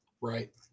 Right